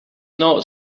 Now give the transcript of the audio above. not